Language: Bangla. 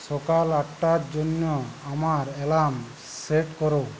সকাল আটটার জন্য আমার অ্যালার্ম সেট করো